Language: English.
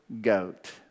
goat